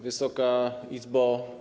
Wysoka Izbo!